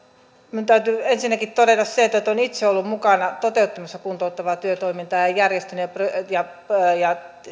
minun täytyy ensinnäkin todeta se että että olen itse ollut mukana toteuttamassa kuntouttavaa työtoimintaa ja ja